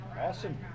Awesome